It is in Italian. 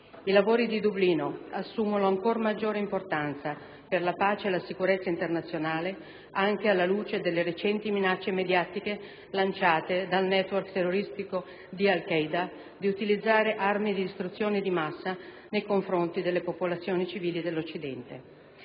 I lavori di Dublino assumono ancora maggiore importanza per la pace e la sicurezza internazionale anche alla luce delle recenti minacce mediatiche lanciate dal *network* terroristico di Al Qaeda di utilizzare armi di distruzioni di massa nei confronti delle popolazioni civili dell'Occidente.